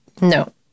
No